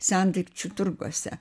sendaikčių turguose